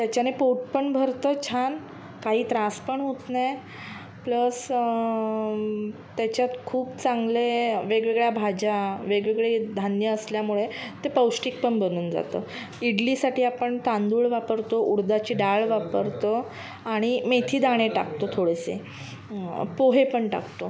त्याच्याने पोट पण भरतं छान काही त्रास पण होत नाई प्लस त्याच्यात खूप चांगले वेगवेगळ्या भाज्या वेगवेगळे धान्य असल्यामुळे ते पौष्टिक पण बनून जातं इडलीसाठी आपण तांदूळ वापरतो उडदाची डाळ वापरतो आणि मेथीदाणे टाकतो थोडेसे पोहे पण टाकतो